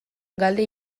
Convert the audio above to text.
galde